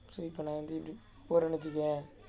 so இப்பே நான் வந்து:ippae naan vanthu